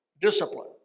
discipline